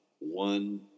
one